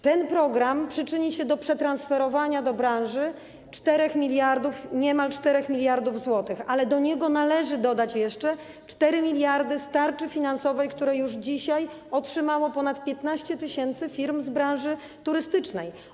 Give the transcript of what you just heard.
Ten program przyczyni się do przetransferowania do branży 4 mld, niemal 4 mld zł, ale do niego należy dodać jeszcze 4 mld z tarczy finansowej, które już dzisiaj otrzymało ponad 15 tys. firm z branży turystycznej.